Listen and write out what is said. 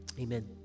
Amen